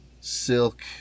silk